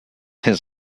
his